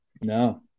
No